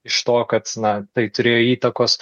iš to kad sna tai turėjo įtakos